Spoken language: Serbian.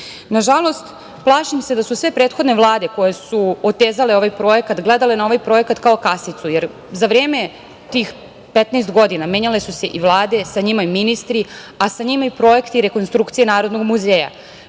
godina. Nažalost plašim se da su sve prethodne vlade koje su otezale ovaj projekat, gledale na ovaj projekat kao na kasicu, jer za vreme tih 15 godina menjale su se i Vlade, sa njima i ministri, a sa njima i projekti rekonstrukcije Narodnog muzeja. Često